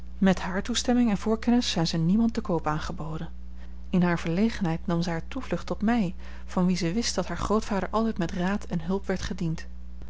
met hare toestemming en voorkennis zijn ze niemand te koop aangeboden in hare verlegenheid nam zij hare toevlucht tot mij van wien ze wist dat haar grootvader altijd met raad en hulp werd gediend